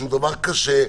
שהוא דבר קשה,